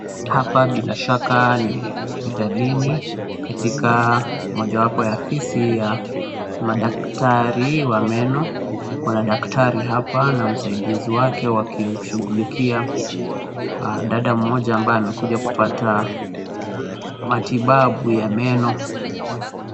Hapa bila shaka ni hospitalini katika mojawapo ya afisi ya madaktari wa meno, kuna daktari hapa na msaidizi wake wakimshughulikia dada mmoja ambaye amekuja kupata matibabu ya meno.